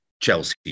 Chelsea